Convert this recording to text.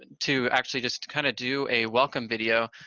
to actually just kind of do a welcome video.